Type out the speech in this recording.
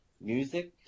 Music